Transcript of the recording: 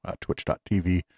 twitch.tv